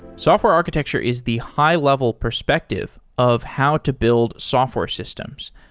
software architecture is the high-level perspective of how to build software systems.